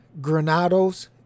Granado's